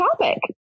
topic